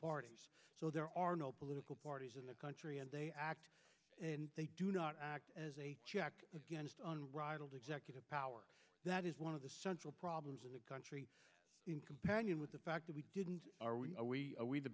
parties so there are no political parties in the country and they act and they do not act as a check on rivaled executive power that is one of the central problems in the country in comparison with the fact that we didn't are we are we are we the